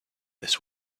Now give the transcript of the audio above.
this